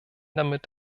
damit